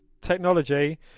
technology